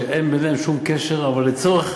בין שתי מפלגות שאין ביניהן שום קשר, אבל לצורך